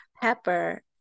pepper